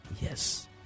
yes